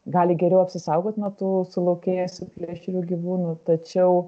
gali geriau apsisaugot nuo tų sulaukėjusių plėšrių gyvūnų tačiau